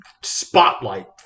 spotlight